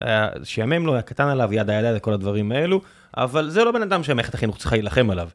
שעמם לו, היה קטן עליו, ידה ידה ידה וכל הדברים האלו, אבל זה לא בנאדם שמערכת החינוך צריכה להילחם עליו.